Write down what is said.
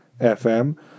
FM